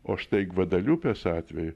o štai gvadeliupės atveju